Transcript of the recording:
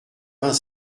vingt